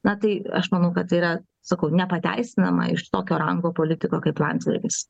na tai aš manau kad yra sakau nepateisinama iš tokio rango politiko kaip landsbergis